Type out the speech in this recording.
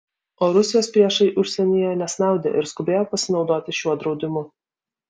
o rusijos priešai užsienyje nesnaudė ir skubėjo pasinaudoti šiuo draudimu